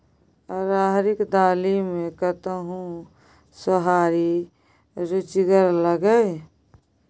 राहरिक दालि मे कतहु सोहारी रुचिगर लागय?